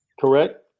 Correct